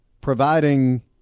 providing